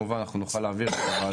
נוכל להעביר לוועדה.